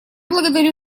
благодарю